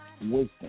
wisdom